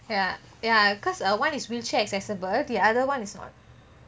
ya because uh one is wheelchair accessible the other one is not